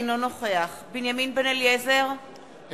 אינו נוכח בנימין בן-אליעזר,